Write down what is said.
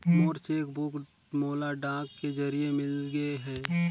मोर cheque book मोला डाक के जरिए मिलगे हे